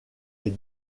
est